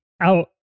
out